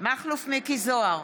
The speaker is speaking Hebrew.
מכלוף מיקי זוהר,